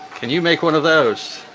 can you make one of those?